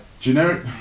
generic